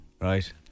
Right